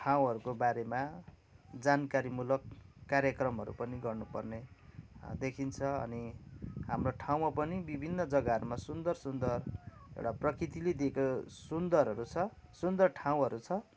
ठाँउहर्को बारेमा जानकारी मूलक कार्यक्रमहरू पनि गर्नु पर्ने देखिन्छ अनि हाम्रो ठाउँमा पनि विभिन्न जग्गाहरूमा सुन्दर सुन्दर र प्रकृतिले दिएको सुन्दरहरू छ सुन्दर ठाउँहरू छ